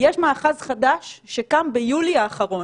יש מאחז חדש שקם ביולי האחרון,